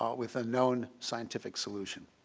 um with a known scientific solution.